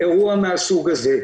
לאירוע מהסוג הזה.